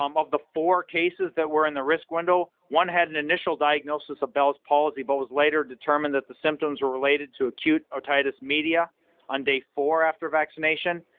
um of the four cases that were in the risk window, one had an initial diagnosis of bell's palsy but was later determined that the symptoms were related to acute otitis media on day four after vaccination.